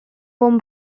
bon